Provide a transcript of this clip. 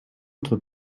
autre